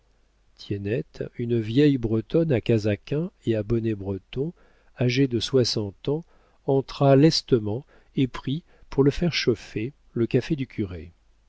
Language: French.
tiennette une vieille bretonne à casaquin et à bonnet breton âgée de soixante ans entra lestement et prit pour le faire chauffer le café du curé